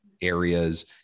areas